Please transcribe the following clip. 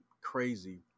crazy